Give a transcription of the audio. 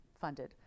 funded